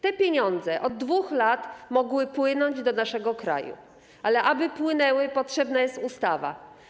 Te pieniądze od 2 lat mogły płynąć do naszego kraju, ale aby płynęły, potrzebna jest ustawa.